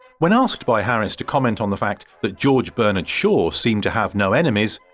when asked by harris to comment on the fact that george bernard shaw seemed to have no enemies,